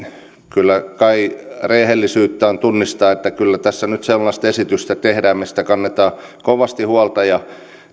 kyllä kai rehellisyyttä on tunnistaa että kyllä tässä nyt sellaista esitystä tehdään mistä kannetaan kovasti huolta tämä